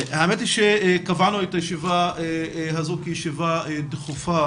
האמת היא שקבענו את הישיבה הזאת כישיבה דחופה